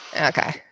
Okay